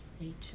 Rachel